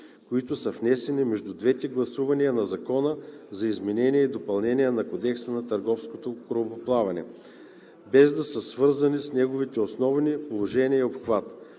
които са внесени между двете гласувания на Закона за изменение и допълнение на Кодекса на търговското корабоплаване, без да са свързани с неговите основни положения и обхват.